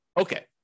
Okay